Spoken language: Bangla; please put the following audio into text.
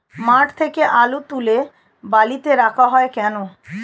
মাঠ থেকে আলু তুলে বালিতে রাখা হয় কেন?